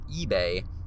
eBay